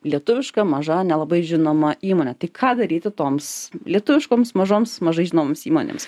lietuviška maža nelabai žinoma įmonė tai ką daryti toms lietuviškoms mažoms mažai žinomoms įmonėms